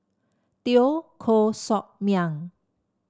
Teo Koh Sock Miang